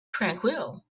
tranquil